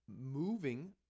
moving